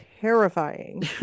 Terrifying